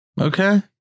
Okay